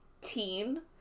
teen